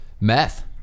Meth